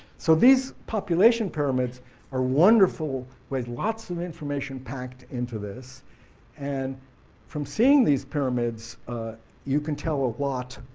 so these population pyramids are wonderful with lots of information packed into this and from seeing these pyramids you can tell a lot